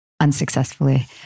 unsuccessfully